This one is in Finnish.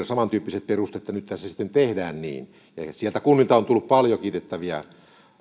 samantyyppiset perusteet ja nythän se sitten tehdään niin kunnilta on tullut paljon kiittäviä